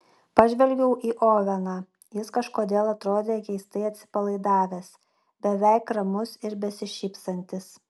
pažvelgiau į oveną jis kažkodėl atrodė keistai atsipalaidavęs beveik ramus ir besišypsantis